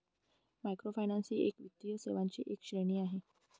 microfinance ही वित्तीय सेवांची एक श्रेणी आहे